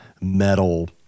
metal